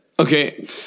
Okay